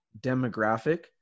demographic